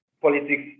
politics